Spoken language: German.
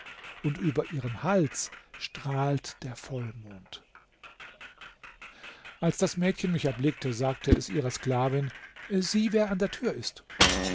und über ihrem hals strahlt der vollmond als das mädchen mich erblickte sagte es ihrer sklavin sieh wer an der tür ist